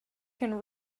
can